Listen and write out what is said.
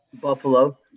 Buffalo